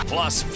Plus